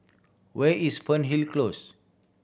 where is Fernhill Close